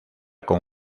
con